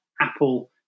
Apple